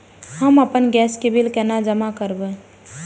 हम आपन गैस के बिल केना जमा करबे?